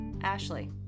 Ashley